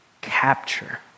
capture